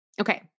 Okay